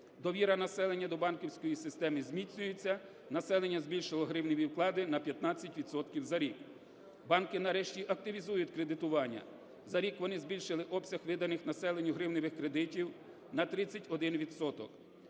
Довіра населення до банківської системи зміцнюється, населення збільшило гривневі вклади на 15 відсотків за рік. Банки нарешті активізують кредитування. За рік вони збільшили обсяг виданих населенню гривневих кредитів на 31